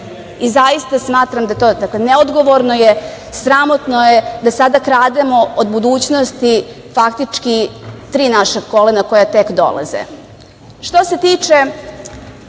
Zaista smatram da je neodgovorno, sramotno je da sada krademo od budućnosti, faktički tri naša kolena koja tek dolaze. Što se tiče